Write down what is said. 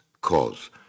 cause